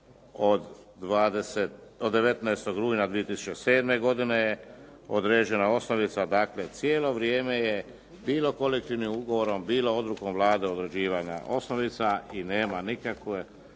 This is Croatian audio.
od 19. rujna 2007. godine je određena osnovica, dakle cijelo vrijeme je bilo kolektivnim ugovorom, bilo odlukom Vlade određivanje osnovica i nema nikakvog